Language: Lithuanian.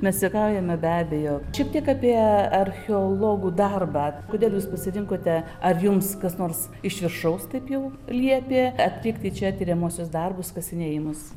mes juokaujame be abejo čia tik apie archeologų darbą kodėl jūs pasirinkote ar jums kas nors iš viršaus taip jau liepė atlikti čia tiriamuosius darbus kasinėjimus